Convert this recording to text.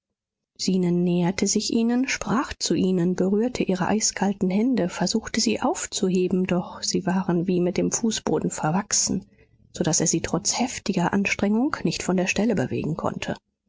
zenon näherte sich ihnen sprach zu ihnen berührte ihre eiskalten hände versuchte sie aufzuheben doch sie waren wie mit dem fußboden verwachsen so daß er sie trotz heftiger anstrengung nicht von der stelle bewegen konnte